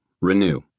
Renew